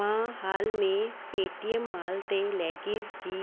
मां हाल में पेटीएम मॉल ते लैगिस जी